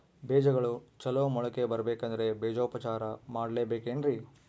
ಬೇಜಗಳು ಚಲೋ ಮೊಳಕೆ ಬರಬೇಕಂದ್ರೆ ಬೇಜೋಪಚಾರ ಮಾಡಲೆಬೇಕೆನ್ರಿ?